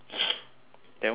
then why not you go